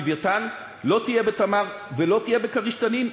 ב"לווייתן"; לא תהיה ב"תמר" ולא תהיה ב"כריש" "תנין".